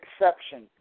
exception